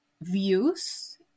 views